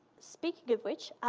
speaking of which,